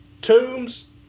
Tombs